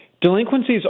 Delinquencies